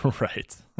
Right